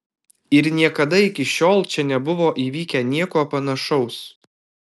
ir niekada iki šiol čia nebuvo įvykę nieko panašaus